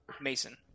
Mason